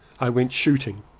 i went shooting.